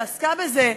שעסקה בזה,